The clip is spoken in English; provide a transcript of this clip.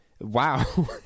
Wow